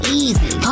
easy